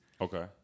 Okay